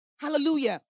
Hallelujah